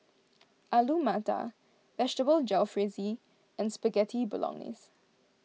Alu Matar Vegetable Jalfrezi and Spaghetti Bolognese